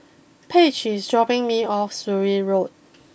Paige is dropping me off Surin Road